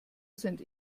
sind